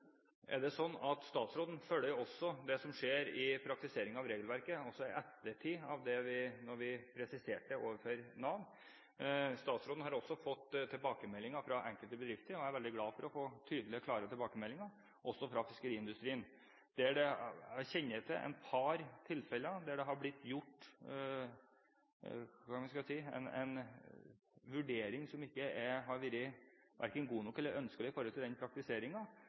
det sånn at statsråden også følger det som skjer i praktiseringen av regelverket, altså i ettertid av presiseringen overfor Nav. Statsråden har også fått tilbakemeldinger fra enkelte bedrifter, og jeg er veldig glad for å få tydelige, klare tilbakemeldinger. Statsråden har også fått tilbakemeldinger fra fiskeriindustrien, der jeg kjenner til et par tilfeller der det har blitt gjort vurderinger som ikke har vært verken gode nok eller ønskelige med tanke på den praktiseringen. Det har